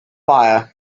fire